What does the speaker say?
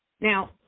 Now